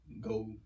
go